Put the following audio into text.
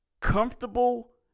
comfortable